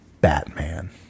Batman